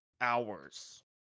hours